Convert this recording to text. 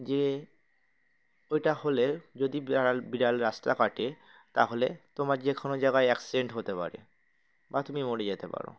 যে ওইটা হলে যদি বিড়াল বিড়াল রাস্তা কাটে তাহলে তোমার যে কোনো জায়গায় অ্যাক্সিডেন্ট হতে পারে বা তুমি মরে যেতে পারো